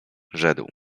rzekł